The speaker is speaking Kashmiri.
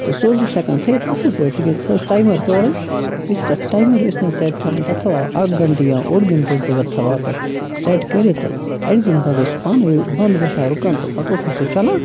تہٕ سُہ حظ اوس ہیٚکان تھٲیِتھ اَصٕلۍ پٲٹھۍ تکیازِ تَتھ اوس ٹایِمَر تورٕے یُس تَتھ ٹایِمَسر ٲسۍ نہ حظ سٮ۪ٹ تھاوان تَتھ تھاوہاو اَکھ گَنٛٹہٕ یا اوٚڈ گَنٛٹہٕ حظ اگر تھاوہاو تَتھ سٮ۪ٹ کٔرِتھ تہٕ اَڈِ گٲٹۍ پتہٕ حظ اوس سُہ پانٕے حظ بَنٛد گَژھان رُکَن تہٕ پتہٕ اوس نہٕ سُہ چَلان